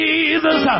Jesus